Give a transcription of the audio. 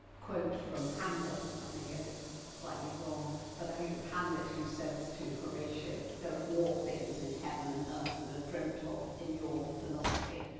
quote from hamlet, i may get this slightly wrong but i think it's hamlet who says to horatio, there are more things in heaven and earth than and are dreamt of in your philosophy.